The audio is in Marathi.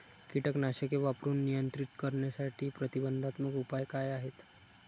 कीटकनाशके वापरून नियंत्रित करण्यासाठी प्रतिबंधात्मक उपाय काय आहेत?